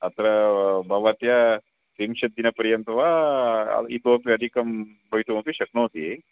अत्र भवत्याः त्रिंशत् दिनपर्यन्तं वा इतोपि अधिकं भवितुमपि शक्नोति